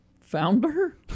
founder